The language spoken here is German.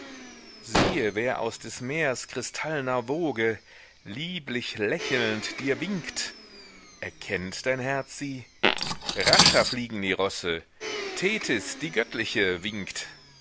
siehe wer aus des meers kristallner woge lieblich lächelnd dir winkt erkennt dein herz sie rascher fliegen die rosse tethys die göttliche winkt